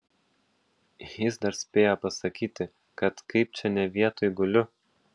jis dar spėjo pasakyti kad kaip čia ne vietoj guliu